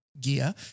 gear